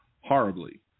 horribly